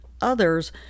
others